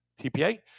tpa